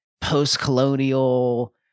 post-colonial